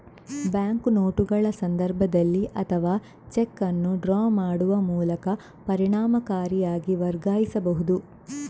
bank ನೋಟುಗಳ ಸಂದರ್ಭದಲ್ಲಿ ಅಥವಾ ಚೆಕ್ ಅನ್ನು ಡ್ರಾ ಮಾಡುವ ಮೂಲಕ ಪರಿಣಾಮಕಾರಿಯಾಗಿ ವರ್ಗಾಯಿಸಬಹುದು